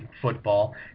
football